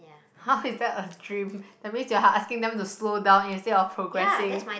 how is that a dream that means you are asking them to slow down instead of progressing